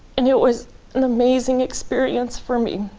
and it was an amazing experience for me.